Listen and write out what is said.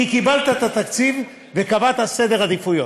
כי קיבלת את התקציב וקבעת סדר עדיפויות.